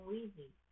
Weezy